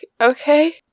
okay